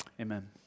Amen